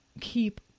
keep